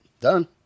Done